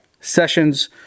Sessions